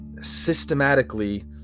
systematically